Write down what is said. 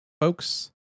folks